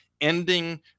ending